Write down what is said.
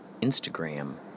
Instagram